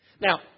Now